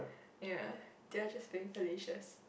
ya they are just being platinous